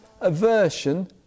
aversion